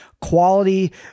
Quality